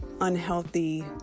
unhealthy